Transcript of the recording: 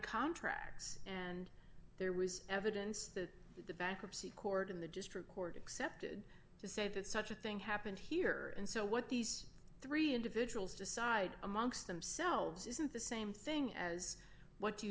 contracts and there was evidence that the bankruptcy court in the district court accepted to say that such a thing happened here and so what these three individuals decide amongst themselves isn't the same thing as what you